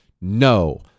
No